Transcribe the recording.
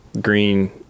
green